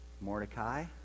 Mordecai